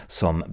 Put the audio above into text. som